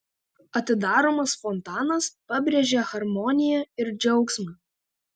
atidaromas fontanas pabrėžia harmoniją ir džiaugsmą